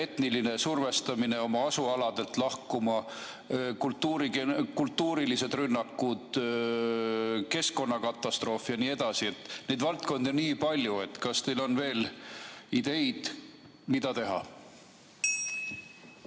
etniline survestamine oma asualadelt lahkuma, kultuurilised rünnakud, keskkonnakatastroofid jne, neid valdkondi on nii palju. Kas teil on veel ideid, mida teha?